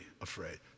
afraid